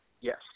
Yes